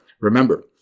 remember